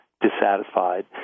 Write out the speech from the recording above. dissatisfied